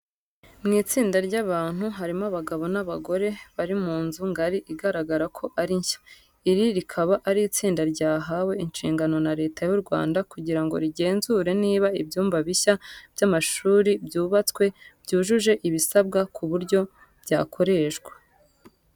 Ni itsinda ry'abantu harimo abagabo n'abagore, bari mu nzu ngari igaragara ko ari nshya. Iri rikaba ari itsinda ryahawe inshingano na Leta y'u Rwanda kugira ngo rigenzure niba ibyumba bishya by'amashuri byubatswe byujuje ibisabwa ku buryo byakoreshwa.